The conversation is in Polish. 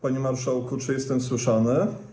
Panie marszałku, czy jestem słyszany?